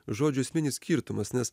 žodžių esminis skirtumas nes